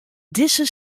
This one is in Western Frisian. dizze